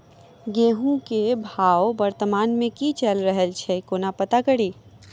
गेंहूँ केँ भाव वर्तमान मे की चैल रहल छै कोना पत्ता कड़ी?